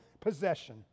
possession